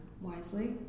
wisely